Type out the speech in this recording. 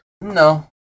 No